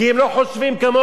כי הם לא חושבים כמוך.